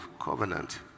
covenant